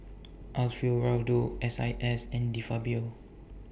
Alfio Raldo S I S and De Fabio